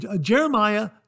Jeremiah